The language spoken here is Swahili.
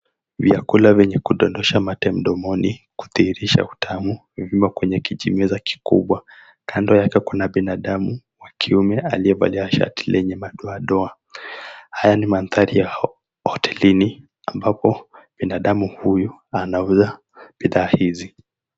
Vyakula vyenye kudondosha mate mdomoni kudhirisha utamu vimo kwenye kijimeza kikubwa, kando yake kuna binadamu wa kiume aliyevalia shati lenye madoadoa. Haya ni mandhari ya hotelini ambapo binadamu huyu anauza bidhaa hizi.